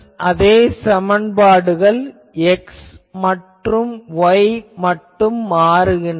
அதே சமன்பாடுகள் x மற்றும் y மட்டும் மாறுகின்றன